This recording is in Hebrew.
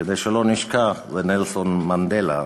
כדי שלא נשכח, זה נלסון מנדלה,